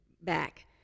back